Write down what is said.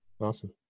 Awesome